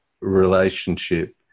relationship